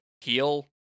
heal